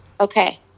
Okay